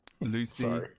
Lucy